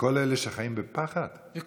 וכל אלה שחיים בפחד הם רבבות.